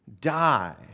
Die